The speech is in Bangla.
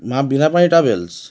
মা বীণাপাণি ট্রাভেলস